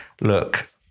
look